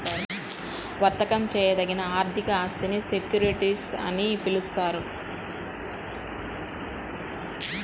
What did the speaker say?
వర్తకం చేయదగిన ఆర్థిక ఆస్తినే సెక్యూరిటీస్ అని పిలుస్తారు